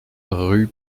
rue